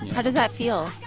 how does that feel?